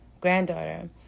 granddaughter